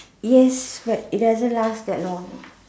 yes but it doesn't last that long